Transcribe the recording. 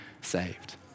saved